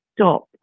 stop